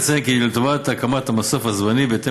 נציין כי לטובת הקמת המסוף הזמני בהתאם